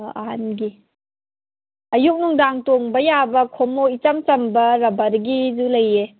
ꯑꯣ ꯑꯍꯟꯒꯤ ꯑꯌꯨꯛ ꯅꯨꯡꯗꯥꯡ ꯇꯣꯡꯕ ꯌꯥꯕ ꯈꯣꯡꯎꯞ ꯏꯆꯝ ꯆꯝꯕ ꯔꯕꯔꯒꯤꯁꯨ ꯂꯩꯌꯦ